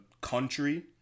country